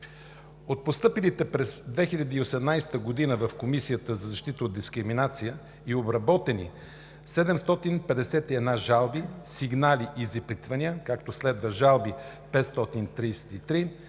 От постъпилите през 2018 г. в Комисията за защита от дискриминация и обработени 751 жалби, сигнали и запитвания, както следва: жалби – 533,